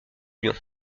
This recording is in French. lyon